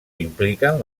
impliquen